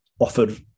offered